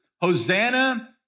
Hosanna